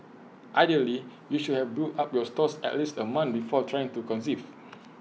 ideally you should have built up your stores at least A month before trying to conceive